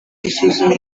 gusuzuma